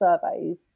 surveys